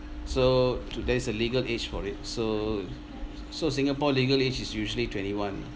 so to there's a legal age for it so so singapore legal age is usually twenty one